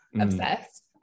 obsessed